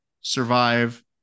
survive